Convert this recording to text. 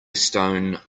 stone